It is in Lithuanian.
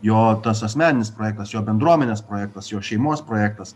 jo tas asmeninis projektas jo bendruomenės projektas jo šeimos projektas